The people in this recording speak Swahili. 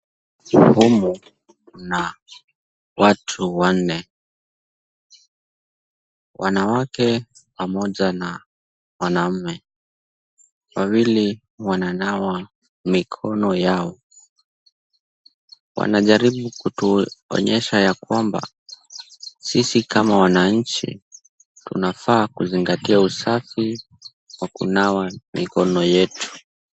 Humu mna watu wanne. Wanawake pamoja na wanaume. Wawili wananawa mikono yao, wanajaribu kutuonyesha ya kwamba sisi kama wananchi tunafaa kuzingatia usafi kwa kunawa mikono yetu.